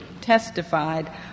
testified